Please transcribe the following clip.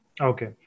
Okay